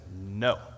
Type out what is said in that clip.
no